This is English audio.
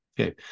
Okay